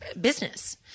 business